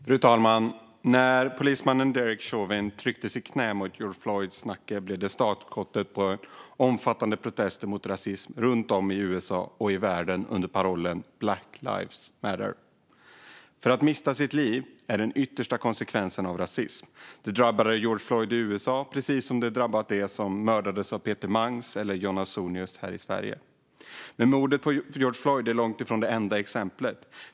Fru talman! När polismannen Derek Chauvin tryckte sitt knä mot George Floyds nacke blev det startskottet på omfattande protester mot rasismen runt om i USA och världen under parollen Black lives matter. Att mista sitt liv är den yttersta konsekvensen av rasism. Det drabbade George Floyd i USA, precis som det drabbade dem som mördades av Peter Mangs och John Ausonius här i Sverige. Men mordet på George Floyd är långt ifrån det enda exemplet.